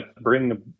bring